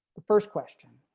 the first question.